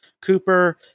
cooper